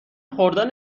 خوردن